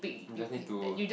let him to